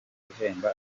guhemba